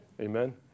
Amen